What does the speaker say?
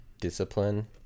discipline